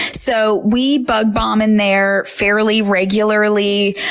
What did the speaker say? so we bug bomb in there fairly regularly.